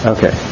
Okay